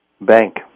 Bank